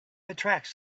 attracts